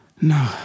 No